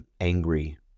angry